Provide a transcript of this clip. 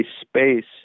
space